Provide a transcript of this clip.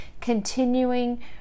continuing